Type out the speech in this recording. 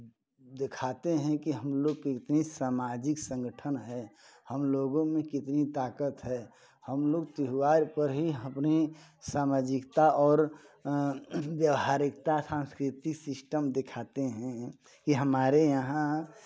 दिखाते हैं की हमलोग कितनी सामाजिक संगठन है हमलोगों में कितनी ताकत है हमलोग त्योहार पर ही हपनी सामाजिकता और व्यवहारिकता सांस्कृतिक सिस्टम दिखाते हैं कि हमारे यहाँ